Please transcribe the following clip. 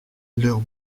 leurs